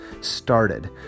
started